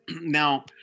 now